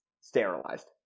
sterilized